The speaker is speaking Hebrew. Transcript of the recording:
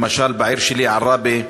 למשל, בעיר שלי, עראבה,